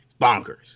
bonkers